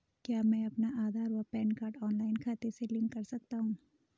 क्या मैं अपना आधार व पैन कार्ड ऑनलाइन खाते से लिंक कर सकता हूँ?